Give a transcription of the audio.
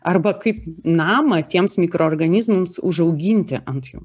arba kaip namą tiems mikroorganizmams užauginti ant jų